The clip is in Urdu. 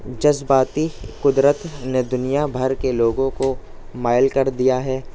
جذباتی قدرت نے دنیا بھر کے لوگوں کو مائل کر دیا ہے